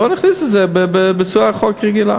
בוא נכניס את זה בצורת חוק רגיל.